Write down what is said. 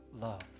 love